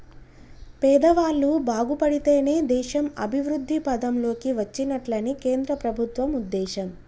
పేదవాళ్ళు బాగుపడితేనే దేశం అభివృద్ధి పథం లోకి వచ్చినట్లని కేంద్ర ప్రభుత్వం ఉద్దేశం